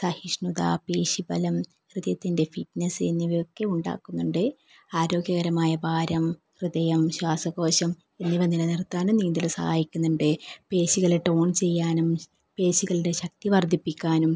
സഹിഷ്ണുത പേശി ബലം ഹൃദയത്തിൻ്റെ ഫിറ്റ്നസ് എന്നിവയൊക്കെ ഉണ്ടാക്കുന്നുണ്ട് ആരോഗ്യകരമായ ഭാരം ഹൃദയം ശ്വാസകോശം എന്നിവ നിലനിർത്താനും നീന്തൽ സഹായിക്കുന്നുണ്ട് പേശികളെ ടോൺ ചെയ്യാനും പേശികളുടെ ശക്തി വർദ്ധിപ്പിക്കാനും